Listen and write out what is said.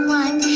one